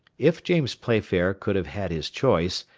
if james playfair could have had his choice,